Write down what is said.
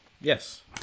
Yes